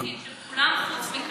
יש לי את של כולם חוץ מכלל.